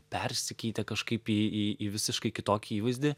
persikeitė kažkaip į į į visiškai kitokį įvaizdį